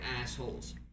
assholes